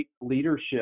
leadership